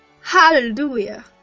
Hallelujah